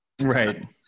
Right